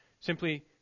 simply